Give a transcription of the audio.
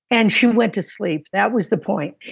and she went to sleep. that was the point.